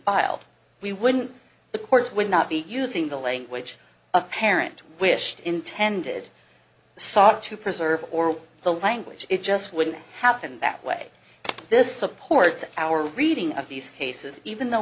filed we wouldn't the courts would not be using the language apparent wish intended sought to preserve the language it just wouldn't happen that way this supports our reading of these cases even though